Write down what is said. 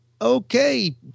okay